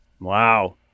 wow